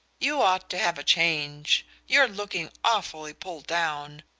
you ought to have a change you're looking awfully pulled down.